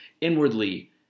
inwardly